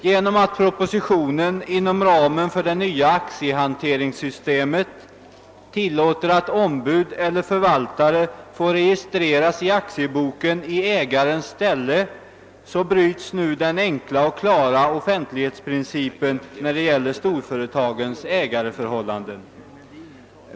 Genom att propositionen inom ramen för det nya aktiehanteringssystemet tillåter att ombud eller förvaltare registreras i aktieboken i ägarens ställe bryts nu den enkla och klara offentlighetsprincipen när det gäller storföretagens ägarförhållanden.